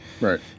Right